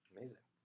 Amazing